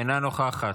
אינה נוכחת,